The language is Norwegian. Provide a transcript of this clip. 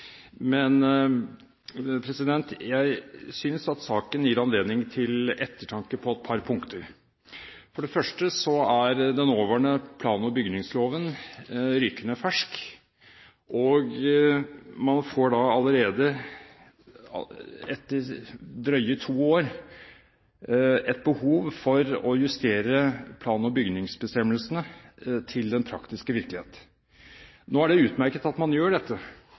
Men jeg synes at saken gir anledning til ettertanke på et par punkter. For det første er den nåværende plan- og bygningsloven rykende fersk, og man får allerede, etter drøye to år, et behov for å justere plan- og bygningsbestemmelsene til den praktiske virkelighet. Nå er det utmerket at man gjør dette,